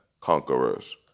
conquerors